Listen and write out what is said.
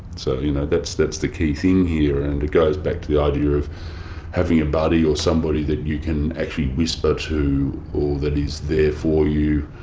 so you know that's that's the key thing here, and it goes back to the idea of having a buddy or somebody that you can actually whisper to or that is there for you